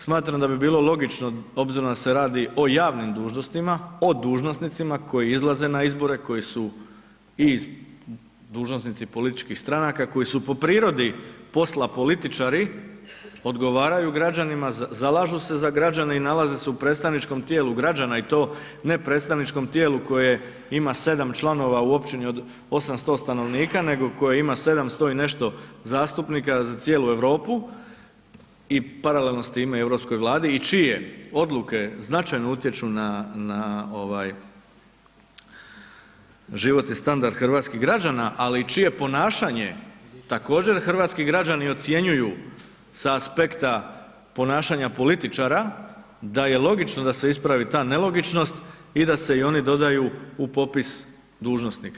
Smatram da bi bilo logično obzirom da se radi o javnim dužnostima, o dužnosnicima koji izlaze na izbore, koji su i dužnosnici političkih stranka, koji su po prirodi posla političari, odgovaraju građanima, zalažu se za građane i nalaze se u predstavničkom tijelu građana i to ne predstavničkom tijelu koje ima 7 članova u općini od 800 stanovnika nego koje ima 700 i nešto zastupnika za cijelu Europu i paralelno s time europskoj vladi i čije odluke značajno utječu na ovaj životni standard hrvatskih građana, ali i čije ponašanje također hrvatski građani ocjenjuju sa aspekta ponašanja političara da je logično da se ispravi ta nelogičnost i da se i oni dodaju u popis dužnosnika.